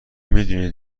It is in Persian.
میدونی